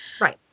Right